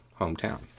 hometown